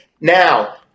Now